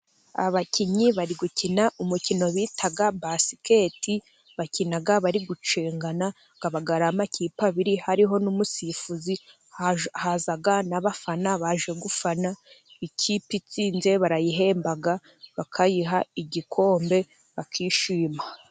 Abakinnyi bari gukina, umukino bita basikete, bakina bari gucengana, aba ar'amakipe abiri hariho n'umusifuzi, haza n'abafana baje gufana, ikipe itsinze barayihemba, bakayiha igikombe bakishima.